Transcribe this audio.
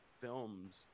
films